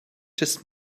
just